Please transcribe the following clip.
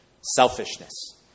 selfishness